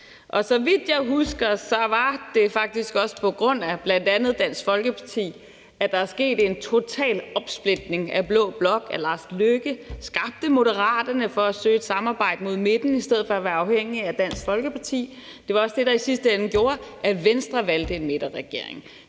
Og så vidt jeg husker, er det faktisk også på grund af bl.a. Dansk Folkeparti, at der er sket en total opsplitning af blå blok; at Lars Løkke Rasmussen skabte Moderaterne for at søge et samarbejde mod midten i stedet for at være afhængig af Dansk Folkeparti. Det var også det, der i sidste ende gjorde, at Venstre valgte en midterregering.